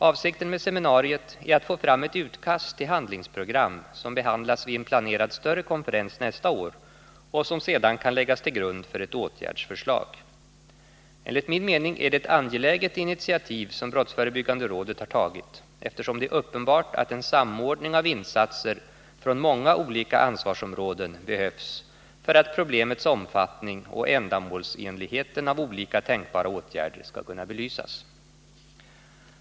Avsikten med seminariet är att få fram ett utkast till handlingsprogram som kan behandlas vid en planerad större konferens nästa år och som sedan kan läggas till grund för ett åtgärdsförslag. Enligt min mening är det ett angeläget initiativ som brottsförebyggande rådet har tagit, eftersom det är uppenbart att en samordning av insatser från många olika ansvarsområden behövs för att problemets omfattning och ändamålsenligheten av olika tänkbara åtgärder skall kunna belysas.